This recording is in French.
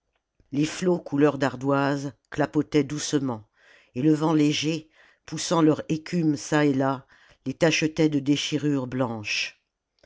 les flots couleur d'ardoise clapotaient doucement et le vent léger poussant leur écume çà et là les tachetaient de déchirures blanches